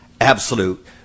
absolute